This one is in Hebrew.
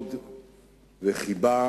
כבוד וחיבה